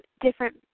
different